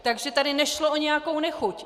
Takže tady nešlo o nějakou nechuť.